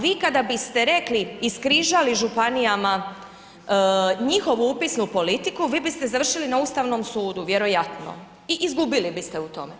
Vi kada biste rekli iskrižali županijama njihovu upisnu politiku vi biste završili na Ustavnom sudu vjerojatno i izgubili biste u tome.